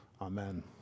Amen